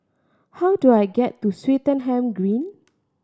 how do I get to Swettenham Green